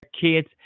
kids